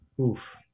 Oof